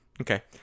Okay